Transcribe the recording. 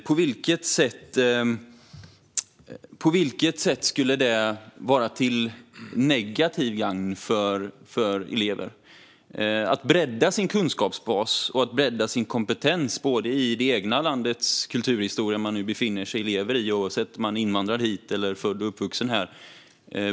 På vilket sätt skulle det vara negativt för elever att bredda sin kunskapsbas och kompetens i landets kulturhistoria, oavsett om man har invandrat hit eller är född och uppvuxen här?